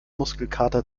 muskelkater